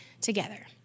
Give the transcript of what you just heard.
together